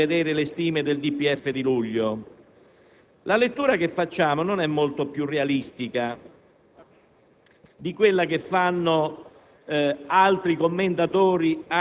Una domanda è d'obbligo: perché allora rivedere le stime del DPEF di luglio? La lettura che facciamo non è molto più realistica